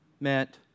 meant